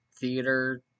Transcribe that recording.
theater